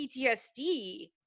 PTSD